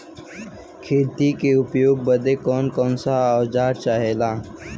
खेती में उपयोग बदे कौन कौन औजार चाहेला?